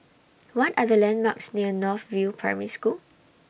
What Are The landmarks near North View Primary School